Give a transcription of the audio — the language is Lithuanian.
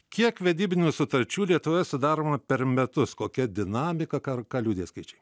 kiek vedybinių sutarčių lietuvoje sudaroma per metus kokia dinamika kar ką liudija skaičiai